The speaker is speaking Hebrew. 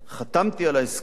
חתמתי על ההסכם